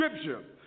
scripture